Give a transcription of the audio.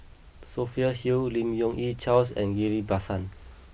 Sophia Hull Lim Yong Yi Charles and Ghillie Basan